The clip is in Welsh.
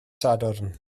sadwrn